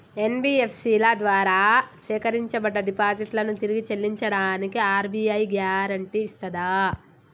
NBFC ల ద్వారా సేకరించబడ్డ డిపాజిట్లను తిరిగి చెల్లించడానికి ఆర్.బి.ఐ గ్యారెంటీ ఇస్తదా?